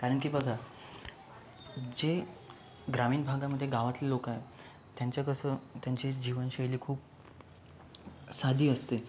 कारण की बघा जे ग्रामीण भागामध्ये गावातले लोकं आहे त्यांचं कसं त्यांची जीवनशैली खूप साधी असते